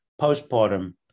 postpartum